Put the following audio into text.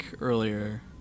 earlier